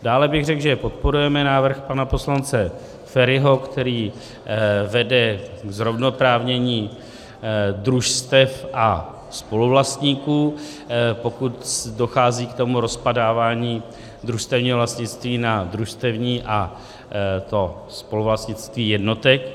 Dále bych řekl, že podporujeme návrh pana poslance Feriho, který vede k zrovnoprávnění družstev a spoluvlastníků, pokud dochází k tomu rozpadávání družstevního vlastnictví na družstevní a to spoluvlastnictví jednotek.